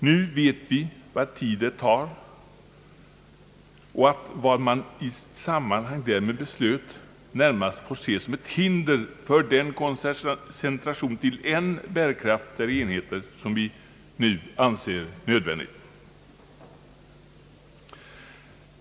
Nu vet vi vilken tid det tar och att vad man i sammanhang därmed beslöt närmast får ses som ett hinder för den koncentration till än bärkraftigare enheter, som vi nu anser nödvändig.